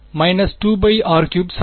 − 2r3 சமம் − r22